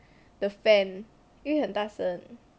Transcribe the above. the fan 因为很大声